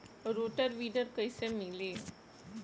Rotor weeder कईसे मिले?